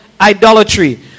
idolatry